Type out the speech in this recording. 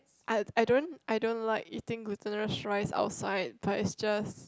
I I don't I don't like eating glutinous rice outside but it's just